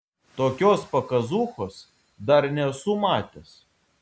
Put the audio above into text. tokios pakazūchos dar nesu matęs